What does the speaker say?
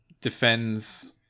defends